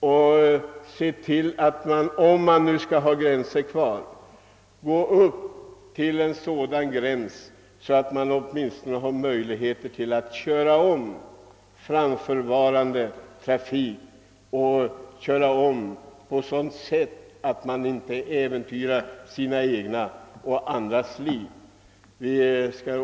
Om vi skall ha hastighetsgränser kvar, bör vi ha sådana gränser att man åtminstone har möjligheter att köra om framförvarande trafik — och köra om på sådant sätt att man inte äventyrar sitt eget och andras liv.